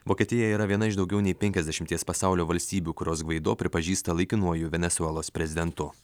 vokietija yra viena iš daugiau nei penkiasdešimties pasaulio valstybių kurios gvaido pripažįsta laikinuoju venesuelos prezidentu